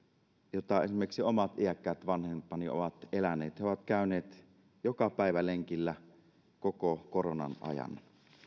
jota esimerkiksi omat iäkkäät vanhempani ovat eläneet he ovat käyneet joka päivä lenkillä koko koronan ajan